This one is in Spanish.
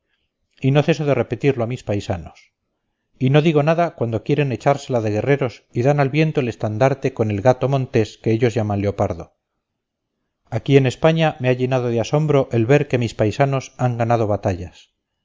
y no ceso de repetirlo a mis paisanos y no digo nada cuando quieren echársela de guerreros y dan al viento el estandarte con el gato montés que ellos llaman leopardo aquí en españa me ha llenado de asombro el ver que mis paisanos han ganado batallas